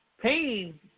Pain